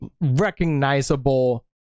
recognizable